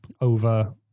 over